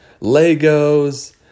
Legos